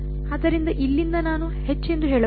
ಆದ್ದರಿಂದ ಇಲ್ಲಿಂದ ನಾನು ಎಂದು ಹೇಳಬಹುದು